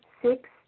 Six